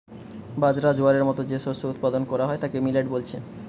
বাজরা, জোয়ারের মতো যে শস্য উৎপাদন কোরা হয় তাকে মিলেট বলছে